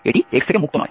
এটি x থেকে মুক্ত নয়